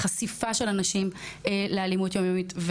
החשיפה של הנשים לאלימות יום-יומית.